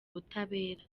butabera